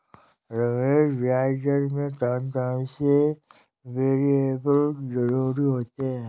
रमेश ब्याज दर में कौन कौन से वेरिएबल जरूरी होते हैं?